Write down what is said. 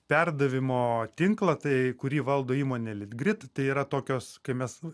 perdavimo tinklą tai kurį valdo įmonė litgrid tai yra tokios kai mes